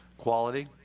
quality.